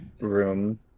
room